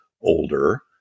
older